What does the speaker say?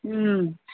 ಹ್ಞೂ